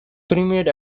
premiered